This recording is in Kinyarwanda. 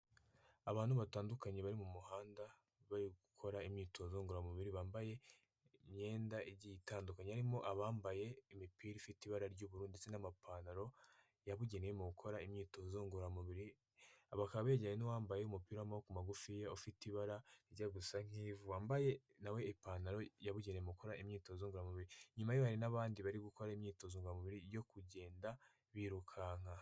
Abantu batandukanye bari mu muhanda bari gukora imyitozo ngororamubiri bambaye imyenda itandukanye; harimo abambaye imipira ifite ibara ry'uburu ndetse n'amapantaro yabugeneye mu gukora imyitozo ngoramubiri bakaba begere n'uwambaye umupira w'ama ku magufi ufite ibara rye gusa wambaye nawe ipantaro yabugene mukora imyitozo ngororamubiri, inyuma ye hari n'abandi bari gukora imyitozo ngomubiri yo kugenda birukanka.